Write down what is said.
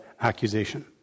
accusation